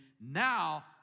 now